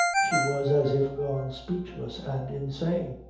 she was as if gone speechless and insane.